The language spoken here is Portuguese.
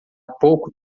pouco